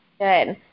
Good